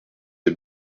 dès